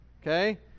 Okay